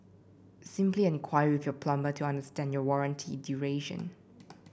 simply enquire with your plumber to understand your warranty duration